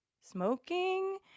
smoking